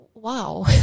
Wow